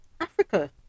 Africa